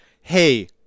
hey